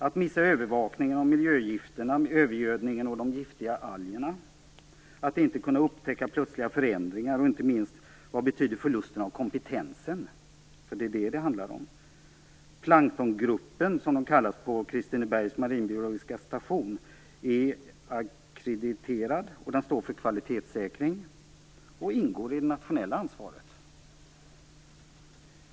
Att missa övervakningen av miljögifterna, övergödningen och de giftiga algerna, att inte kunna upptäcka plötsliga förändringar och, inte minst, vad betyder förlusten av kompetensen? För det är det som det handlar om. "Planktongruppen" på Kristinebergs marinbiologiska station, är ackrediterad och står för kvalitetssäkring. Den ingår i det nationella ansvaret.